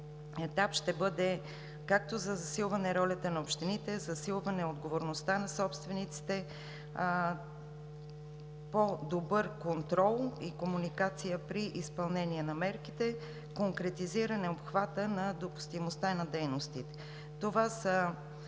етап ще бъде както за засилване ролята на общините; засилване отговорността на собствениците; по-добър контрол и комуникация при изпълнение на мерките; конкретизиране обхвата на допустимостта на дейностите. Това са